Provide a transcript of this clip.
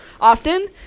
often